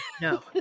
no